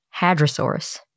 Hadrosaurus